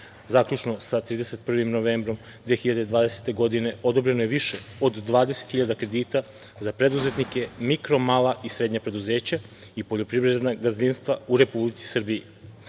zaključno sa 31. novembrom 2020. godine, odobreno je više od 20 hiljada kredita za preduzetnike mikro, mala i srednja preduzeća i poljoprivredna gazdinstva u Republici Srbiji